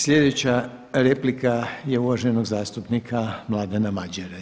Sljedeća replika je uvaženog zastupnika Mladena Madjera.